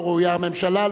לא ראויה הממשלה,